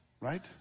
Right